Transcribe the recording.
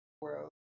world